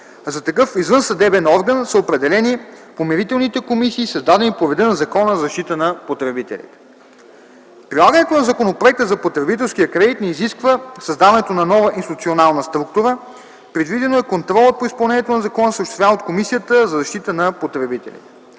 За такъв извънсъдебен орган са определени помирителните комисии, създадени по реда на Закона за защита на потребителите. Прилагането на Законопроекта за потребителския кредит не изисква създаването на нова институционална структура. Предвидено е контролът по изпълнението на закона да се осъществява от Комисията за защита на потребителя.